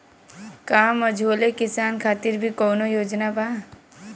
का मझोले किसान खातिर भी कौनो योजना बा?